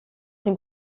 dem